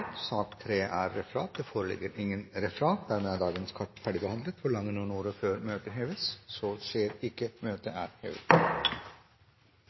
Det foreligger ikke noe referat. Dermed er dagens kart ferdigbehandlet. Forlanger noen ordet før møtet heves? – Møtet er hevet.